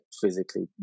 physically